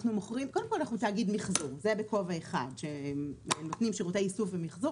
קודם כול אנחנו תאגיד מיחזור אנחנו נותנים שירותי איסוף ומיחזור